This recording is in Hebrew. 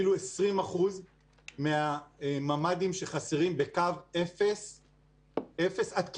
זה לא אפילו 20% מהממ"דים שחסרים בקו 0 1 קילומטר.